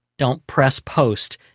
don't press post,